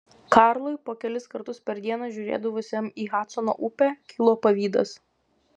karlui po kelis kartus per dieną žiūrėdavusiam į hadsono upę kilo pavydas